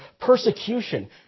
persecution